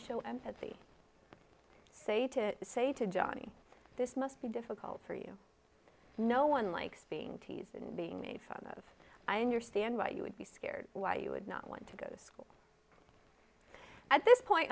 show empathy say to say to johnny this must be difficult for you no one likes being teased and being made fun of i understand why you would be scared why you would not want to go to school at this point